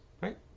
right